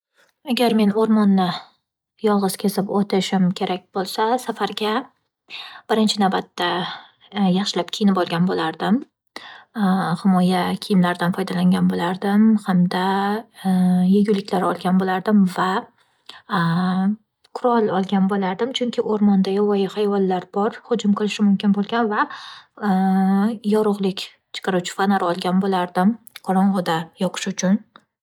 Agar men o'rmonni yolg'iz kesib o'tishim kerak bo'lsa, safarga birinchi navbatda yaxshilab kiyinib olgan bo'lardim. Himoya kiyimlaridan foydalangan bo'lardim hamda yeguliklar olgan bo'lardim va qurol olgan bo'lardim, chunki o'rmonda yovvoyi hayvonlar bor hujum qilishi mumkin bo'lgan va yorug'lik chiqaruvchi fonar olgan bo'lardim qorong'ida yoqish uchun.